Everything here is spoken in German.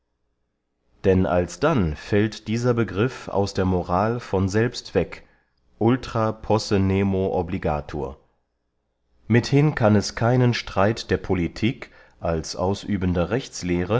denn alsdann fällt dieser begriff aus der moral von selbst weg ultra posse nemo obligatur mithin kann es keinen streit der politik als ausübender rechtslehre